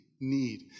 need